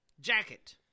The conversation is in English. jacket